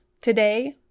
Today